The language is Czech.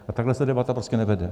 A takhle se debata prostě nevede.